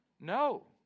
no